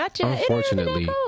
Unfortunately